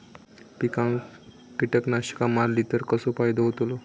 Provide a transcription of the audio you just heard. पिकांक कीटकनाशका मारली तर कसो फायदो होतलो?